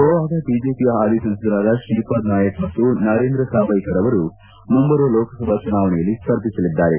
ಗೋವಾದ ಬಿಜೆಪಿಯ ಹಾಲಿ ಸಂಸದರಾದ ಶ್ರೀಪಾದ್ ನಾಯ್ ಮತ್ತು ನರೇಂದ್ರ ಸಾವ್ಯಕರ್ ಅವರು ಮುಂಬರುವ ಲೋಕಸಭಾ ಚುನಾವಣೆಯಲ್ಲಿ ಸ್ಪರ್ಧಿಸಲಿದ್ದಾರೆ